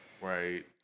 Right